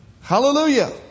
hallelujah